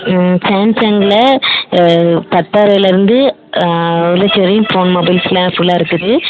ம் சாம்சங்கில் பத்தாயிரம் இப்போ உள்ள மொபைல்ஸ்லாம் ஃபுல்லாகருக்குது